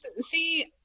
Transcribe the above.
See